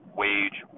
wage